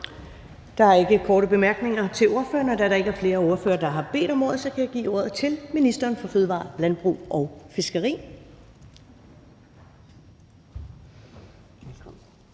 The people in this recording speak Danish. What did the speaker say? Der er ikke korte bemærkninger til ordføreren, og da der ikke er flere ordførere, der har bedt om ordet, kan jeg give ordet til ministeren for fødevarer, landbrug og fiskeri.